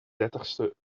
dertigste